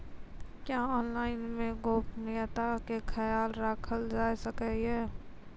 क्या ऑनलाइन मे गोपनियता के खयाल राखल जाय सकै ये?